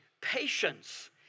patience